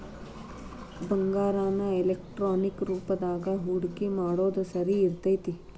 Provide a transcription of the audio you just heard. ಬಂಗಾರಾನ ಎಲೆಕ್ಟ್ರಾನಿಕ್ ರೂಪದಾಗ ಹೂಡಿಕಿ ಮಾಡೊದ್ ಸರಿ ಇರ್ತೆತಿ